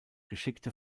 geschickte